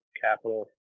capital